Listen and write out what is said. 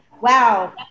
Wow